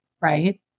right